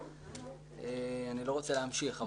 אני לא רוצה להמשיך,